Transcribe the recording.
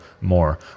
more